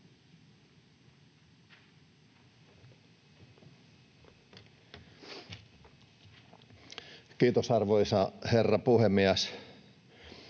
Content: Arvoisa herra puhemies!